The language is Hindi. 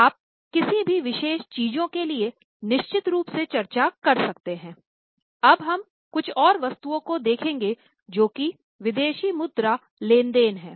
आप किसी भी विशेष चीजों के लिए निश्चित रूप से चर्चा कर सकते हैं हम अब कुछ और वस्तुओं को देखेंगे जो कि विदेशी मुद्रा लेन देन है